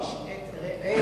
איש את רעהו.